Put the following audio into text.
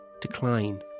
decline